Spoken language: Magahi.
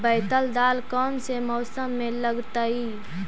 बैतल दाल कौन से मौसम में लगतैई?